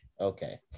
okay